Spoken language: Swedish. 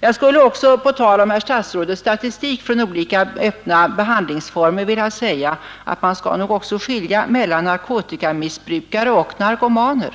Jag skulle på tal om herr statsrådets statistik från olika öppna behandlingsformer också vilja säga att man bör skilja mellan narkotikamissbrukare och narkomaner.